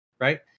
Right